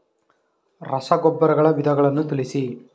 ರಸಗೊಬ್ಬರಗಳ ವಿಧಗಳನ್ನು ತಿಳಿಸಿ?